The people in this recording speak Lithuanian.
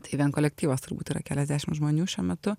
tai vien kolektyvas turbūt yra keliasdešim žmonių šiuo metu